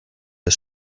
des